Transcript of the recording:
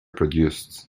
produced